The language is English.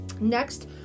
Next